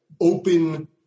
open